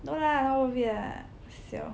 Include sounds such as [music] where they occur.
no lah all of it ah [breath] siao